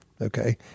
okay